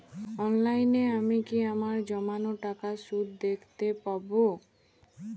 অনলাইনে আমি কি আমার জমানো টাকার সুদ দেখতে পবো?